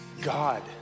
God